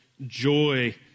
joy